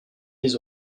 les